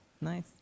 Nice